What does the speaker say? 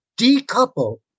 decouple